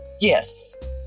Yes